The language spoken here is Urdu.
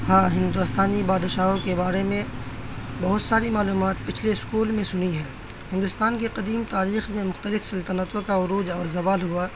ہاں ہندوستانی بادشاہوں کے بارے میں بہت ساری معلومات پچھلے اسکول میں سنی ہے ہندوستان کی قدیم تاریخ میں مختلف سلطنتوں کا عروج اور زوال ہوا